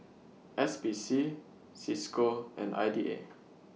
S P C CISCO and I D A